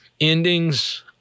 endings